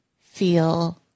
feel